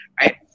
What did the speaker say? right